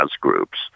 groups